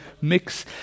mix